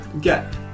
get